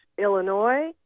Illinois